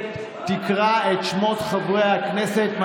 הכנסת תקרא את שמות חברי הכנסת.